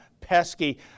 pesky